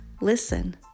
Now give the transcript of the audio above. listen